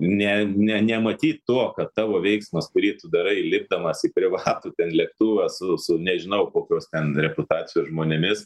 ne ne nematyt tuo kad tavo veiksmas kurį tu darai lipdamas į privatų lėktuvą su su nežinau kokios ten reputacijos žmonėmis